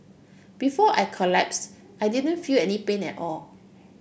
before I collapsed I didn't feel any pain at all